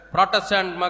Protestant